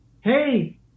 Hey